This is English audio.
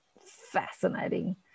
fascinating